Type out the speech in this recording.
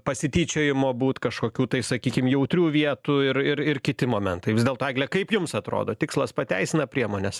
pasityčiojimo būt kažkokių tai sakykim jautrių vietų ir ir ir kiti momentai vis dėlto egle kaip jums atrodo tikslas pateisina priemones